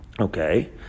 okay